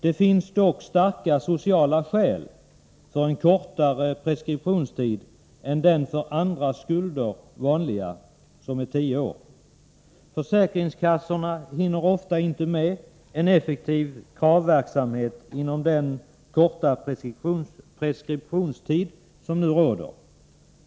Det finns dock starka sociala skäl för en kortare preskriptionstid än den för andra skulder vanliga tiden tio år. Försäkringskassorna hinner ofta inte med en effektiv kravverksamhet inom den korta preskriptionstid som nu gäller.